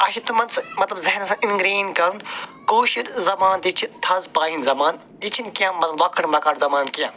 اَسہِ چھِ تِمن سُہ مطلب ذہنس منٛز اِنگرین کَرُن کٲشُر زبان تہِ چھِ تھز پایِن زبان یہِ چھِنہٕ لۄکٕٹۍ مۄکٕٹۍ زبان کیٚنٛہہ